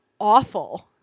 awful